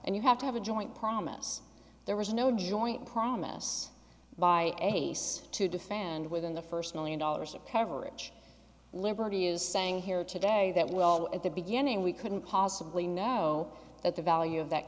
and you have to have a joint promise there was no joint promise by a to defend within the first million dollars apparel ridge liberty is saying here today that well at the beginning we couldn't possibly know that the value of that